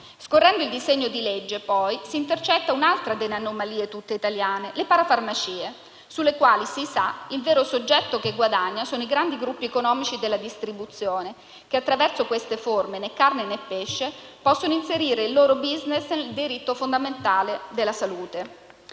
Scorrendo il disegno di legge, poi, si intercetta un'altra delle anomalie tutte italiane, le parafarmacie, sulle quali, si sa, il vero soggetto che guadagna sono i grandi gruppi economici della distribuzione, che attraverso queste forme "né carne, né pesce" possono inserire il loro *business* nel diritto fondamentale della salute.